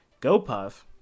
GoPuff